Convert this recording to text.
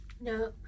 No